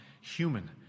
human